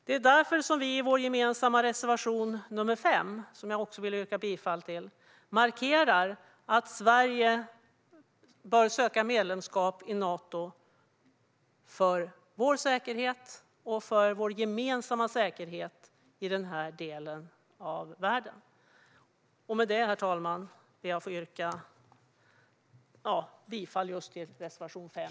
Det är därför vi i vår gemensamma reservation nr 5, som jag yrkar bifall till, markerar att Sverige bör söka medlemskap i Nato - för vår säkerhet och för vår gemensamma säkerhet i denna del av världen. Med det, herr talman, ber jag att få yrka bifall till reservation 5.